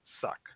suck